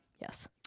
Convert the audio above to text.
yes